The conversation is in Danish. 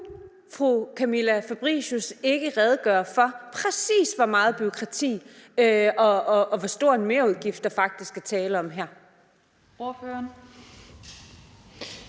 fru Camilla Fabricius ikke redegøre for, præcis hvor meget bureaukrati og hvor stor en merudgift der faktisk er tale om her?